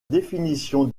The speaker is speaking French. définition